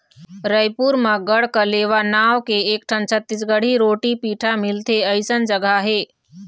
रइपुर म गढ़कलेवा नांव के एकठन छत्तीसगढ़ी रोटी पिठा मिलथे अइसन जघा हे